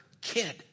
kid